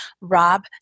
Rob